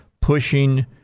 pushing